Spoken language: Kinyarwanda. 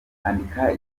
andika